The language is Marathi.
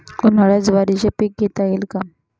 उन्हाळ्यात ज्वारीचे पीक घेता येईल का?